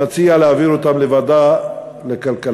אני מציע להעביר אותם לוועדה לכלכלה.